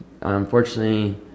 unfortunately